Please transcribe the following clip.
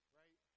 right